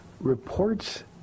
reports